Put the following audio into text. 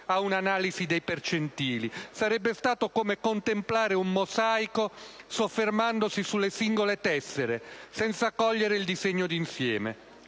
a un'analisi dei percentili: sarebbe stato come contemplare un mosaico soffermandosi sulle singole tessere senza cogliere il disegno d'insieme.